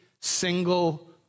single